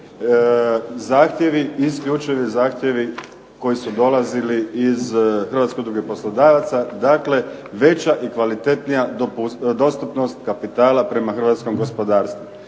zahtjevi, isključivi zahtjevi koji su dolazili iz Hrvatske udruge poslodavaca. Dakle, veća i kvalitetnija dostupnost kapitala prema hrvatskom gospodarstvu.